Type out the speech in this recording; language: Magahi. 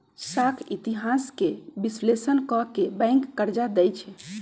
साख इतिहास के विश्लेषण क के बैंक कर्जा देँई छै